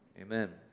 Amen